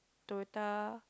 Toyota